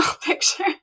picture